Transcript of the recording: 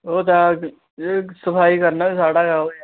ओह् ते ऐ सफाई करना बी साढ़ा गै ओह् ऐ